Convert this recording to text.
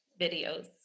videos